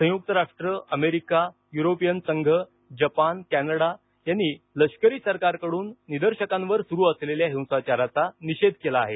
संयुक्त राष्ट्रं America European संघ जपान आणि कॅनडा यांनी लष्करी सरकारकडून निदर्शकांवर सुरू असलेल्या हिंसाचाराचा निषेध केला आहे